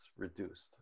Reduced